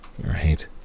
right